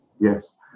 Yes